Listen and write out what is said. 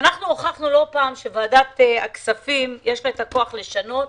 הוכחנו לא פעם שלוועדת הכספים יש את הכוח לשנות,